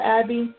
Abby